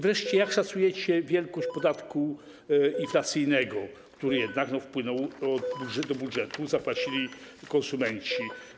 Wreszcie: Jak szacujecie wielkość podatku inflacyjnego, który jednak wpłynął do budżetu, zapłacili go konsumenci?